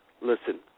Listen